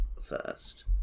first